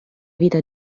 vita